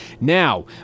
Now